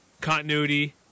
Continuity